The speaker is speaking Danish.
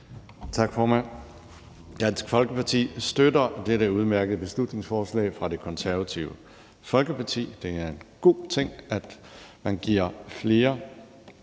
Tak, formand. Dansk Folkeparti støtter dette udmærkede beslutningsforslag fra Det Konservative Folkeparti. Det er en god ting, at man giver flere